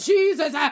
Jesus